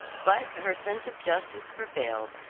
but her sense of justice prevailed,